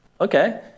Okay